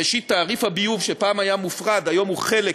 ראשית, תעריף הביוב, שפעם היה מופרד, כיום הוא חלק